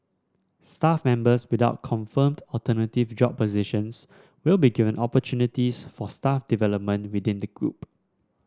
staff members without confirmed alternative job positions will be given opportunities for staff development within the group